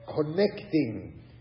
connecting